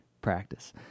practice